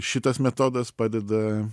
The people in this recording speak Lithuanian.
šitas metodas padeda